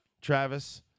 Travis